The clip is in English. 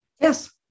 yes